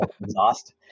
Exhaust